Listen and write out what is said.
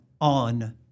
on